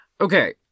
Okay